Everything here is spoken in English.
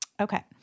Okay